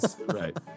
Right